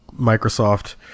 Microsoft